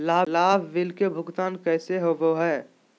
लाभ बिल के भुगतान कैसे होबो हैं?